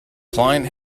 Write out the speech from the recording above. client